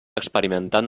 experimentant